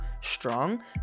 strong